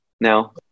Now